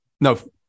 no